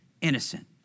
innocent